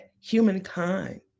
humankind